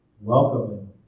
welcoming